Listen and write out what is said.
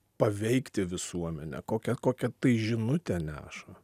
paveikti visuomenę kokią kokią tai žinutę neša